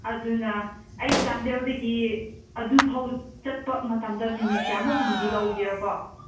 ꯑꯗꯨꯅ ꯑꯩ ꯆꯥꯟꯗꯦꯜꯗꯒꯤ ꯑꯗꯨꯐꯥꯎ ꯆꯠꯄ ꯃꯇꯝꯗ ꯃꯤꯅꯤꯠ ꯀꯌꯥꯃꯨꯛꯀꯨꯝꯕꯗꯤ ꯂꯧꯒꯦꯔꯀꯣ